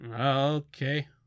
Okay